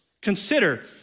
Consider